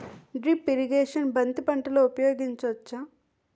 Drip irrigation బంతి పంటలో ఊపయోగించచ్చ?